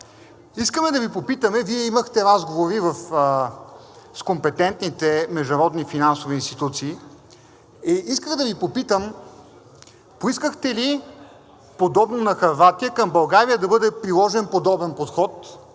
искаме да Ви попитаме – Вие имахте разговори с компетентните международни финансови институции – поискахте ли подобно на Хърватия към България да бъде приложен подобен подход?